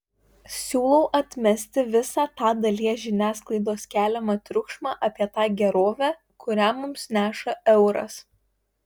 siūlau atmesti visą tą dalies žiniasklaidos keliamą triukšmą apie tą gerovę kurią mums neša euras